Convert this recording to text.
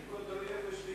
הכול תלוי איפה יושבים.